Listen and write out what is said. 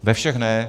Ve všech ne.